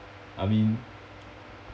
I mean